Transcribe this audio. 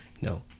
No